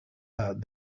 that